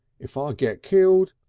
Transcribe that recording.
if i get killed,